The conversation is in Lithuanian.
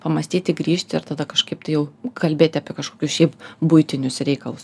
pamąstyti grįžti ir tada kažkaip tai jau kalbėti apie kažkokius šiaip buitinius reikalus